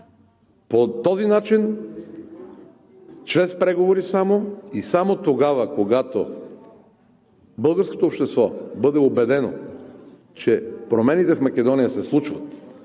По този начин, само чрез преговори и само тогава, когато българското общество бъде убедено, че промените в Македония се случват,